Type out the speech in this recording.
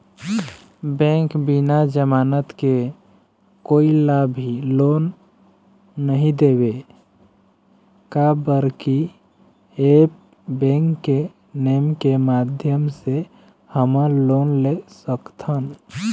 Bank बिना जमानत के कोई ला भी लोन नहीं देवे का बर की ऐप बैंक के नेम के माध्यम से हमन लोन ले सकथन?